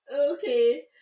Okay